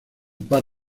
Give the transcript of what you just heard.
par